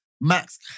Max